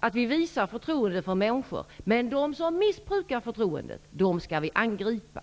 att vi visar förtroende för människor, men de som missbrukar förtroendet skall vi angripa.